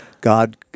God